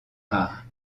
rare